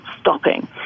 stopping